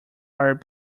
are